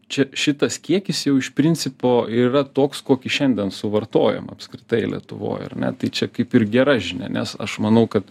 čia šitas kiekis jau iš principo yra toks kokį šiandien suvartojam apskritai lietuvoj ar ne tai čia kaip ir gera žinia nes aš manau kad